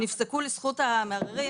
שנפסקו לזכות המערערים,